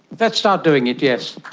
let's start doing it, yes.